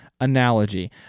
analogy